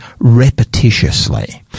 repetitiously